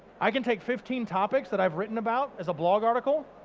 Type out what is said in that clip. i can take fifteen topics that i've written about as a blog article,